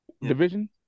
division